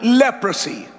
leprosy